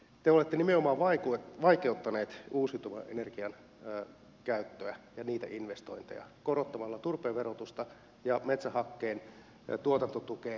te olette nimenomaan vaikeuttaneet uusiutuvan energian käyttöä ja niitä investointeja korottamalla turpeen verotusta ja metsähakkeen tuotantotukea laskemalla